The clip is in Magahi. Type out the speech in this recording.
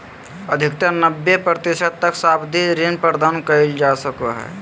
अधिकतम नब्बे प्रतिशत तक सावधि ऋण प्रदान कइल जा सको हइ